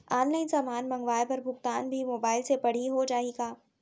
Online समान मंगवाय बर भुगतान भी मोबाइल से पड़ही हो जाही का?